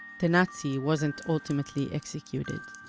the nazi wasn't ultimately exec uted.